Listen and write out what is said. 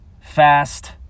fast